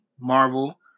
Marvel